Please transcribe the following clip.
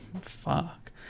fuck